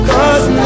Cause